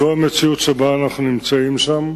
זו המציאות שבה אנחנו נמצאים שם.